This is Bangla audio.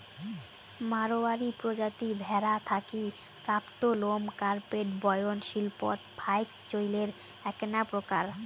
মাড়ওয়ারী প্রজাতি ভ্যাড়া থাকি প্রাপ্ত লোম কার্পেট বয়ন শিল্পত ফাইক চইলের এ্যাকনা প্রকার